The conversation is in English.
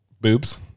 Boobs